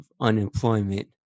unemployment